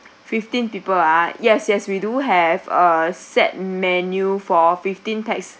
fifteen people ah yes yes we do have err set menu for fifteen pax